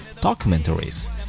documentaries